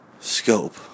scope